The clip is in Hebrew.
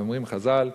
אומרים חז"ל: